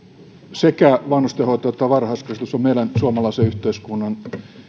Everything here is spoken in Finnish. sekä vanhustenhoito että varhaiskasvatus ovat ihan meidän suomalaisen yhteiskunnan